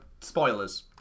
spoilers